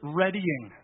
readying